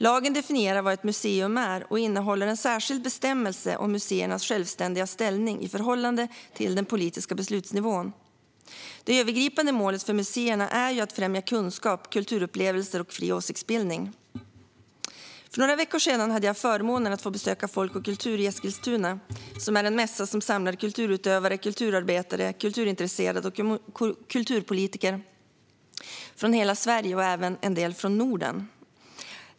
Lagen definierar vad ett museum är och innehåller en särskild bestämmelse om museernas självständiga ställning i förhållande till den politiska beslutsnivån. Det övergripande målet för museerna är att främja kunskap, kulturupplevelser och fri åsiktsbildning. För några veckor sedan hade jag förmånen att besöka Folk och Kultur i Eskilstuna, som är en mässa som samlar kulturutövare, kulturarbetare, kulturintresserade och kulturpolitiker från hela Sverige och även en del från Norden.